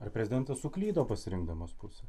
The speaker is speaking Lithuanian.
ar prezidentas suklydo pasirinkdamas pusę